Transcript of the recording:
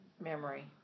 memory